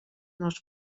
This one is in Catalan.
els